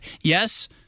yes